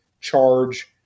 charge